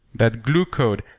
that glue code.